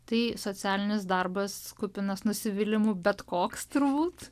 tai socialinis darbas kupinas nusivylimų bet koks turbūt